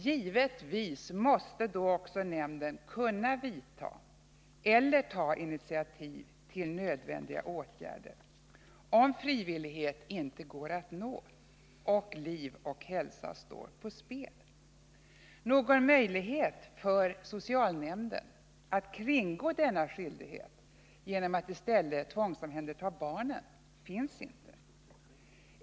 Givetvis måste då också nämnden kunna vidta eller ta initiativ till nödvändiga åtgärder, om frivillighet inte går att nå och liv och hälsa står på spel. Någon möjlighet för socialnämnden att kringgå denna skyldighet genom att i stället tvångsomhänderta barnen finns inte.